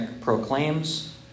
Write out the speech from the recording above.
proclaims